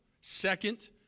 second